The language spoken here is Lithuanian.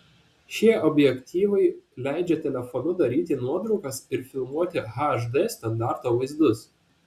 šie objektyvai leidžia telefonu daryti nuotraukas ir filmuoti hd standarto vaizdus